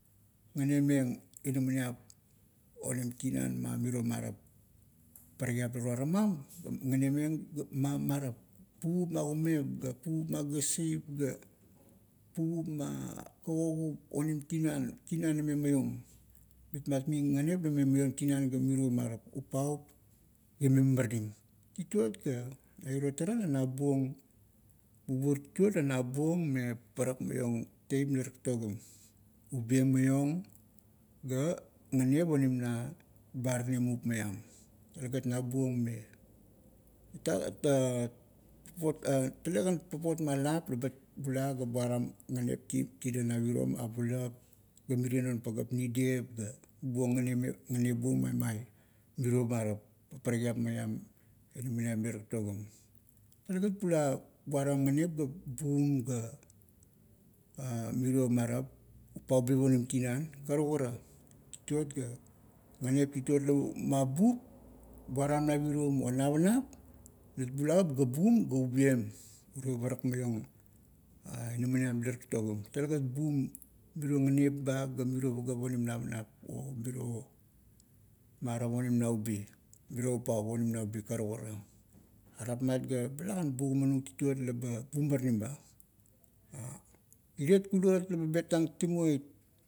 Nganemeng inamaniap onim tinan ma miro marap parakiap la tauramam, nganemeng ma marap, puvup ma kemep, ga puvap ma gasip, ga puvap ma kagogup onim tinan, tinan lame maiom. Mitmat mi nganep la mime maiom tinan ga miro marap upau, ga ime maranim. Tituot ga na iro tara, la na buong, bubuo tituot la na buong me parak maiong teip mila tatogim. Ubiem maiong, ga nganep onim na baranimup maiam, talegan na buong me talegan papotma lap labat bula ga buaram nganep ti, tidang navirom abulap ga mirie non pagap, nidep ga mubuo ngane buong me mai miro marap paprakiap maiam inamaniap mila taktogim. Talegat bula buaram nganep ga bum ga miro marap upaubip onim tinan, karukara. Tituot ga, nganep tituot la mabup, buaram navirom o navanap, inat bula ga bum ga ubiem uro parak maiong inaminiap mila taktogim, talegat bum miro nganep ba ga miro pagap onim navanap o miro nganep ba ga miro pagap onim navanap o miro marap onim naubi miro upau onim naubi karukara. Are rapmat ga, talagan bugamanung tituot laba buma-ranim ba iret kulot laba betang timoit.